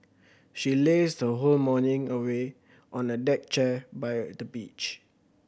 she lazed her whole morning away on a deck chair by the beach